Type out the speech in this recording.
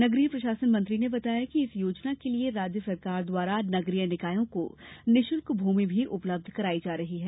नगरीय प्रशासन मंत्री ने बताया कि इस योजना के लिए राज्य शासन द्वारा नगरीय निकायों को निशुल्क भूमि उपलब्ध कराई जा रही है